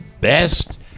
best